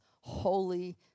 Holy